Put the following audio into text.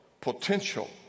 potential